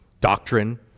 doctrine